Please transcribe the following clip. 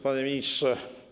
Panie Ministrze!